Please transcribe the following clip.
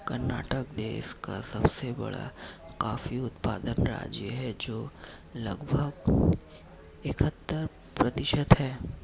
कर्नाटक देश का सबसे बड़ा कॉफी उत्पादन राज्य है, जो लगभग इकहत्तर प्रतिशत है